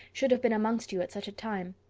should have been amongst you at such a time.